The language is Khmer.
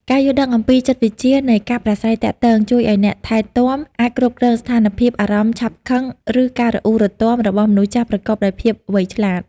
ការយល់ដឹងអំពីចិត្តវិទ្យានៃការប្រាស្រ័យទាក់ទង ជួយឱ្យអ្នកថែទាំអាចគ្រប់គ្រងស្ថានភាពអារម្មណ៍ឆាប់ខឹង ឬការរអ៊ូរទាំរបស់មនុស្សចាស់ប្រកបដោយភាពវៃឆ្លាត។